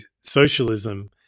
socialism